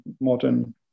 modern